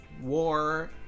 war